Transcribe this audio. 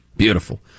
Beautiful